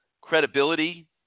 credibility